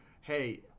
Hey